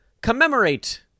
commemorate